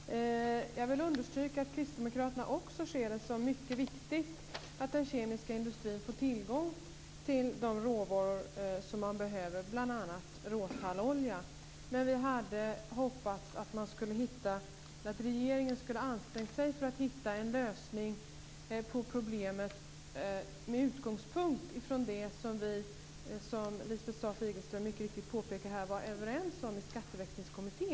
Herr talman! Jag vill understryka att också kristdemokraterna ser det som mycket viktigt att den kemiska industrin får tillgång till den råvara som den behöver, bl.a. råtallolja. Men jag hoppades att regeringen skulle ha ansträngt sig för att hitta en lösning på problemet med utgångspunkt från det som man - som Lisbeth Staaf-Igelström mycket riktigt påpekade - var överens om i Skatteväxlingskommittén.